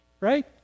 right